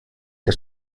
que